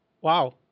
Wow